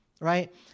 Right